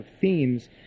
themes